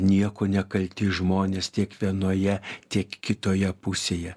niekuo nekalti žmonės tiek vienoje tiek kitoje pusėje